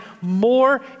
more